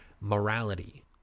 morality